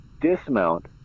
dismount